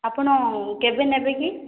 ଆପଣ କେବେ ନେବେ କି